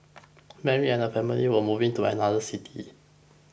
Mary and her family were moving to another city